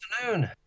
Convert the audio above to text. afternoon